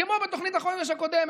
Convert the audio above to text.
כמו בתוכנית החומש הקודמת.